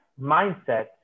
mindset